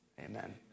Amen